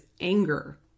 anger